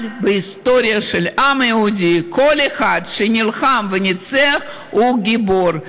אבל בהיסטוריה של העם היהודי כל אחד שנלחם וניצח הוא גיבור,